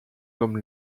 comme